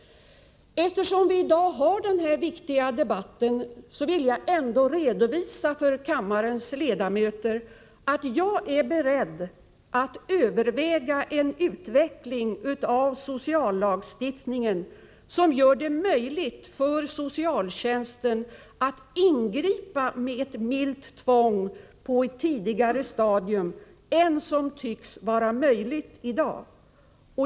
Eftersom vi i dag har den här viktiga debatten, vill jag redovisa för kammarens ledamöter att jag är beredd att överväga sådana åtgärder i fråga om utvecklingen av sociallagstiftningen som gör det möjligt för socialtjänsten att ingripa med milt tvång på ett tidigare stadium än som tycks vara möjligt i dag.